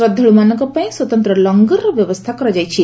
ଶ୍ରଦ୍ଧାଳୁମାନଙ୍କପାଇଁ ସ୍ୱତନ୍ତ୍ର ଲଙ୍ଗର୍ ବ୍ୟବସ୍ଥା କରାଯାଇଛି